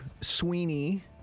sweeney